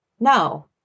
No